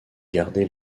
gardé